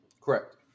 Correct